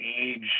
age